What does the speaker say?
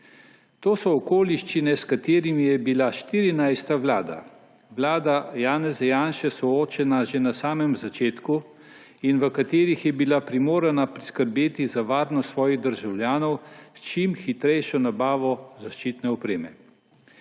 To so okoliščine, s katerimi je bila 14. vlada, vlada Janeza Janše soočena že na samem začetku in v katerih je bila primorana poskrbeti za varnost svojih državljanov s čim hitrejšo nabavo zaščitne opreme.